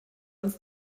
uns